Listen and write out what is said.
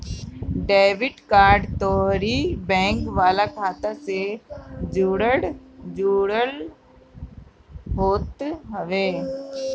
debit card तोहरी bank वाला खाता से जुड़ल होत हवे